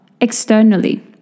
externally